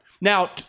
Now